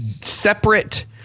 separate